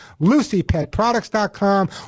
LucyPetProducts.com